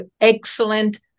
excellent